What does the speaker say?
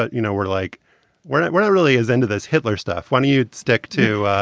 ah you know, we're like we're not we're not really as into this hitler stuff when he would stick to,